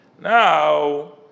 now